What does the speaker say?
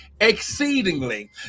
exceedingly